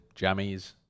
jammies